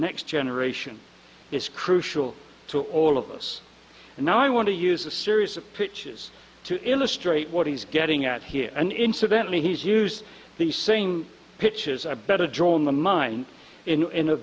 next generation is crucial to all of us and now i want to use a series of pitches to illustrate what he's getting at here and incidentally he's used the same pitch is a better draw in the mind in